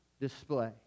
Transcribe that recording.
display